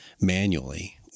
manually